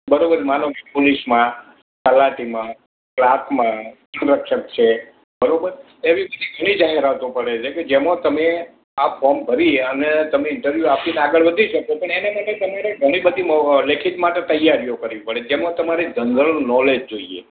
બરાબર માનો કે પોલીસમાં તલાટીમાં કલાર્કમાં સંરક્ષક છે બરાબર એવી બીજી ઘણી જાહેરાતો પડે છે કે જેમાં તમે આ ફોમ ભરી અને તમે ઇન્ટરીયુ આપીને આગળ વધી શકો પણ એને માટે તમારે ઘણી બધી મૌ અ લેખિત માટે તૈયારીઓ કરવી પડે જેમાં તમારે જનરલ નોલેજ જોઈએ